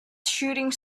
shooting